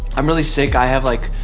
i'm really sick, i have like,